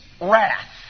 wrath